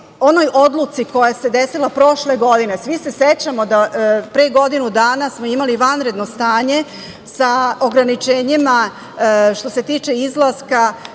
onoj odluci koja se desila prošle godine. Svi se sećamo da smo pre godinu dana imali vanredno stanje sa ograničenjima što se tiče izlaska